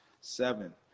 seven